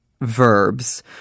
verbs